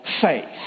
faith